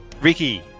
Ricky